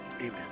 Amen